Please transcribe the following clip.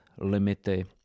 limity